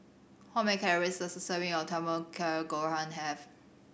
how many calories does a serving of Tamago Kake Gohan have